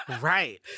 Right